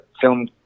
film